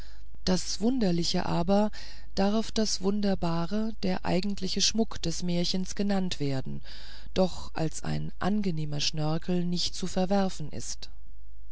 das wunderliche aber darf das wunderbare der eigentliche schmuck des märchens genannt werden doch als ein angenehmer schnörkel nicht zu verwerfen ist